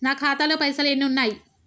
నా ఖాతాలో పైసలు ఎన్ని ఉన్నాయి?